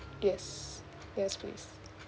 yes yes please